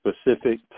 specific